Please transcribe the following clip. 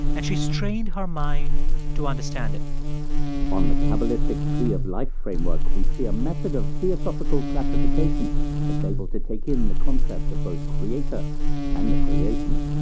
and she strained her mind to understand it on the cabalistic tree of life framework, we see a method of theosophical classification that's able to take in the concept of both creator and the creation.